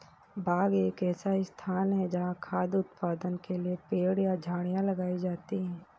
बाग एक ऐसा स्थान है जहाँ खाद्य उत्पादन के लिए पेड़ या झाड़ियाँ लगाई जाती हैं